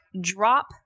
Drop